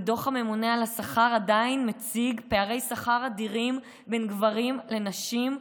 ודוח הממונה על השכר עדיין מציג פערי שכר אדירים בין גברים לנשים,